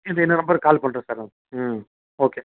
இது இந்த நம்பருக்கு கால் பண்ணுறேன் சார் நான் ம் ஓகே